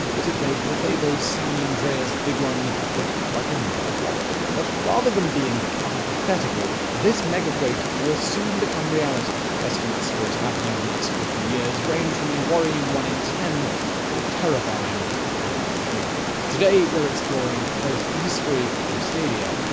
it'd make the fabled san andreas big one look like a mere wobble. but rather than being a hypothetical, this megaquake will soon become reality. estimates for it happening in the next fifty years range from a worrying one in ten to a terrifying one in three. today, we're exploring both the history of cascadia,